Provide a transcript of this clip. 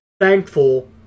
thankful